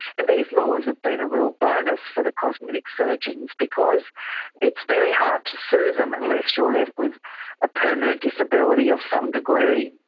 and but these laws have been a real bonus for the cosmetic surgeons because it's very hard to sue them unless you're left with a permanent disability of some degree.